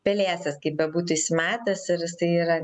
pelėsis kaip bebūtų įsimetęs ir yra